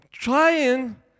Trying